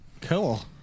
Cool